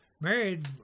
married